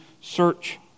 search